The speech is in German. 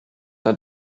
der